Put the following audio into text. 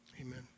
Amen